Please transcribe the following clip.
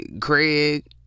Craig